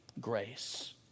Grace